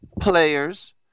players